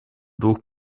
двух